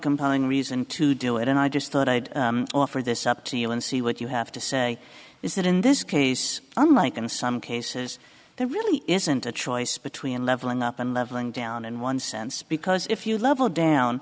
compelling reason to do it and i just thought i'd offer this up to you and see what you have to say is that in this case unlike in some cases there really isn't a choice between levelling up and leveling down in one sense because if you level down